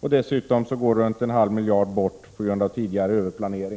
Dessutom går omkring en halv miljard bort på grund av tidigare överplanering.